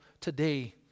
today